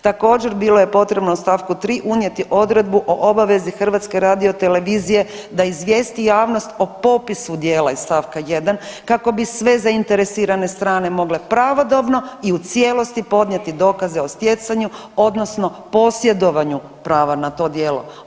Također, bilo je potrebno u stavku 3. unijeti odredbu o obavezi HRT-a da izvijesti javnost o popisu djela iz stavka 1. kako bi sve zainteresirane strane pravodobno i u cijelosti podnijeti dokaze o sjecanju odnosno posjedovanju prava na to djelo.